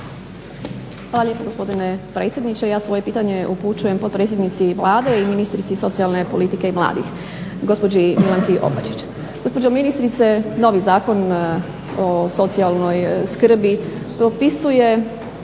Hvala lijepo gospodine predsjedniče. Ja svoje pitanje upućujem potpredsjednici Vlade i ministrici socijalne politike i mladih gospođi Milanki Opačić. Gospođo ministrice, novi Zakon o socijalnoj skrbi propisuje